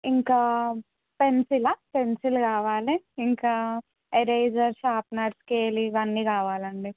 ఇంకా పెన్సిలా పెన్సిల్ కావాలి ఇంకా ఏరేజర్ షార్ప్నర్ స్కేల్ ఇవన్నీ కావాలి అండి